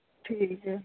ਠੀਕ ਹੈ